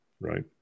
right